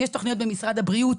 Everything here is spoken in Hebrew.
יש תוכניות במשרד הבריאות,